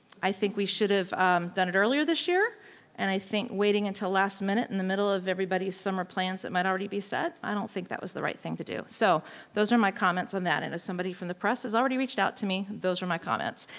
i think we should've done it earlier this year and i think waiting until last minute in the middle of everybody's summer plans that might already be set, i don't think that was the right thing to do. so those are my comments on that. and if somebody from the press has already reached out to me, those are my comments.